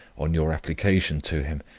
on your application to him,